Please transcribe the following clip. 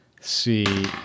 see